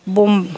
bomb